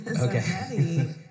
Okay